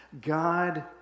God